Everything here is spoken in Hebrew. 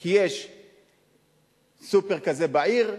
כי יש סופר כזה בעיר,